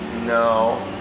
No